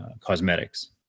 cosmetics